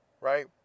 right